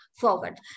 forward